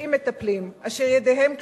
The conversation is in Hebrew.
רופאים מטפלים אשר ידיהם קשורות,